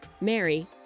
Mary